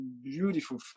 beautiful